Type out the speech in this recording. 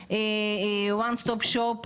סגרו את ONE STOP SHOP,